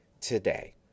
today